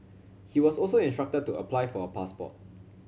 he was also instructed to apply for a passport